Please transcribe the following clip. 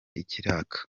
ikiraka